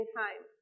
time